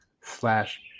slash